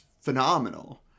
phenomenal